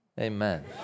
Amen